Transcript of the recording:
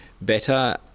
better